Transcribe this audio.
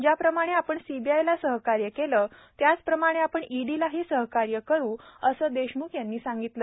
ज्याप्रमाणे आपण सीबीआयला सहकार्य केलं त्याप्रमाणेच आपणईडीलाही सहकार्य करू असे देशम्ख यांनी सांगितलं